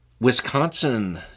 Wisconsin